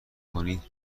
کنید